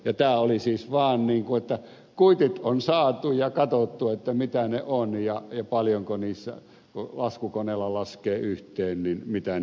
ja tämä siis vain niin että kuitit on saatu ja katsottu mitä ne ovat ja laskukoneella laskettu yhteen mitä niistä tulee